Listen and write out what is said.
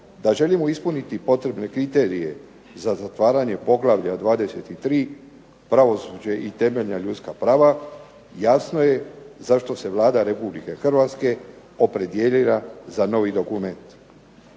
da želimo ispuniti potrebne kriterije za zatvaranje poglavlja 23. – Pravosuđe i temeljna ljudska prava jasno je zašto se Vlada Republike Hrvatske opredijelila za novi dokument.